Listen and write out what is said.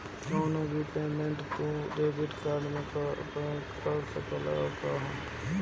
कवनो भी पेमेंट तू डेबिट कार्ड से कअ सकत हवअ